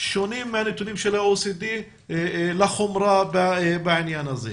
מהנתונים של ה-OECD לחומרה בעניין הזה,